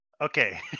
Okay